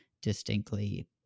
distinctly